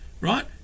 right